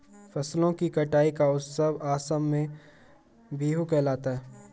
फसलों की कटाई का उत्सव असम में बीहू कहलाता है